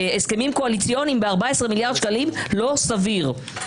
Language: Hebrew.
הסכמים קואליציוניים ב-14 מיליארד שקלים לא סביר.